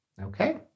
Okay